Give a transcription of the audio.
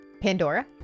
Pandora